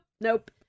nope